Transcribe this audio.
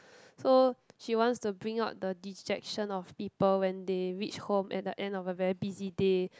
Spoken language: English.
so she wants to bring out the dejection of people when they reach home at the end of a very busy day